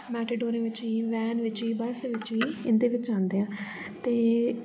मेटाडोरें बिच्च बी वैन बिच्च बी बस बिच्च बी इन्दे बिच्च आंदे ऐ ते